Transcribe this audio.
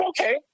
okay